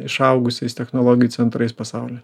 išaugusiais technologijų centrais pasaulyje